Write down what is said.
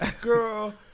girl